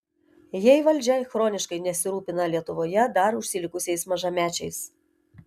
jei valdžia chroniškai nesirūpina lietuvoje dar užsilikusiais mažamečiais